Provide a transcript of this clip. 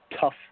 tough